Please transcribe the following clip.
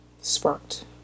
sparked